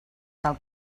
tal